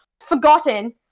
forgotten